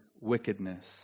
wickedness